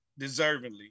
deservingly